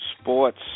sports